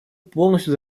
полностью